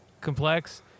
complex